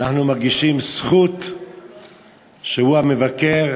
אנחנו מרגישים זכות שהוא המבקר,